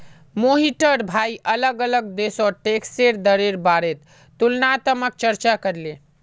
मोहिटर भाई अलग अलग देशोत टैक्सेर दरेर बारेत तुलनात्मक चर्चा करले